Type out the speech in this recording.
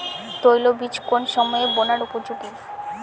তৈলবীজ কোন সময়ে বোনার উপযোগী?